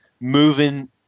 moving